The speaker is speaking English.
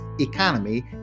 economy